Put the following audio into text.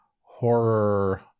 horror